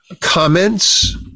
comments